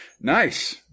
Nice